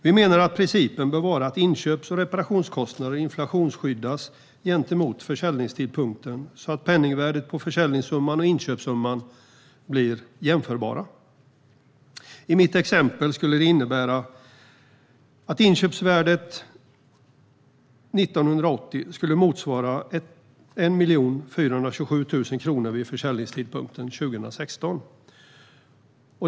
Vi menar att principen bör vara att inköps och reparationskostnader inflationsskyddas gentemot försäljningstidpunkten så att penningvärdet på försäljningssumman och inköpssumman blir jämförbart. I mitt exempel skulle det innebära att inköpsvärdet 1980 skulle motsvara 1 427 000 kronor vid försäljningstidpunkten 2016.